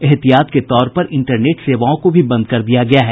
एहतियात के तौर पर इंटरनेट सेवाओं को भी बंद कर दिया गया है